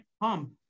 pump